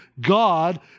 God